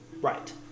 right